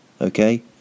Okay